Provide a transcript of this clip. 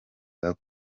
bwa